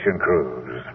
cruise